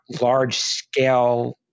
large-scale